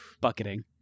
bucketing